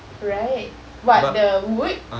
right what the wood